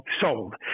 sold